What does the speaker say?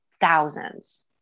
thousands